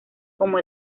como